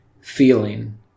feeling